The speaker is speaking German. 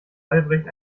albrecht